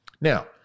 Now